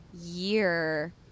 year